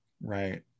right